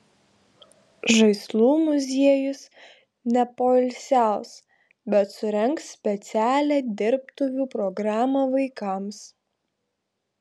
žaislų muziejus nepoilsiaus bet surengs specialią dirbtuvių programą vaikams